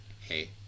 hey